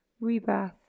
rebirth